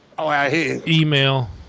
email